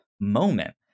moment